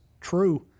true